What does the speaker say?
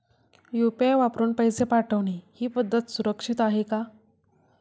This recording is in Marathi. यु.पी.आय वापरून पैसे पाठवणे ही पद्धत सुरक्षित आहे का?